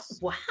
Wow